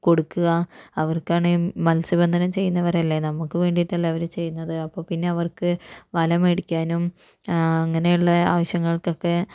കൊടുക്കുക അവര്ക്കാണെങ്കിൽ മ് മത്സ്യബന്ധനം ചെയ്യുന്നവരല്ലേ നമുക്ക് വേണ്ടിയിട്ടല്ലേ അവർ ചെയ്യുന്നത് അപ്പം പിന്നെ അവര്ക്ക് വല മേടിയ്ക്കാനും അങ്ങനെയുള്ള ആവശ്യങ്ങള്ക്ക് ഒക്കെ